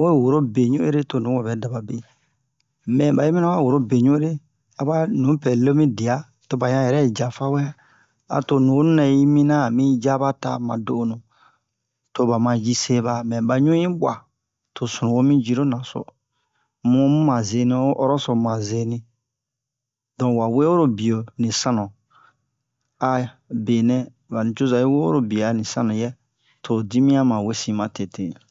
we woro be ɲu'ere to nuho ɓɛ daɓabe mɛ ɓayi mina wa woro be ɲu'ere aɓa nupɛ lo mide'a toɓa yɛrɛ janfa wɛ ato nuhonunɛ yi minian ami ja ɓa ta mado'onu to ɓa ma ji se ɓa mɛ ɓa ɲu yi ɓwa to sunuwo mi ji-ro naso mu -mu ma zeni ho o ɔrɔso muma zeni donk wawe oro biyo ni sannu a benɛ ɓa nucoza yi wo oro biye ani sannu yɛ to ho dimiyan ma wesin matete